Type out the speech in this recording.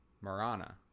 Marana